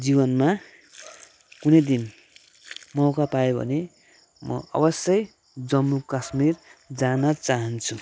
जीवनमा कुनै दिन मौका पाएँ भने म अवश्यै जम्मू कश्मीर जान चाहन्छु